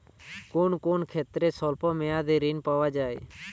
কোন কোন ক্ষেত্রে স্বল্প মেয়াদি ঋণ পাওয়া যায়?